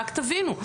רק תבינו,